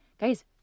Guys